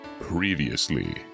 Previously